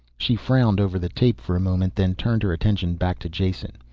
she frowned over the tape for a moment, then turned her attention back to jason.